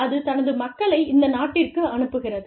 அது தனது மக்களை இந்த நாட்டிற்கு அனுப்புகிறது